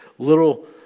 Little